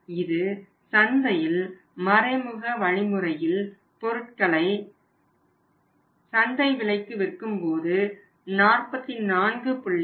இது சந்தையில் மறைமுக வழிமுறையில் பொருட்களை சந்தை விலைக்கு விற்கும்போது 44